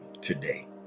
today